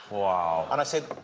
wow. and i said,